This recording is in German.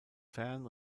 fern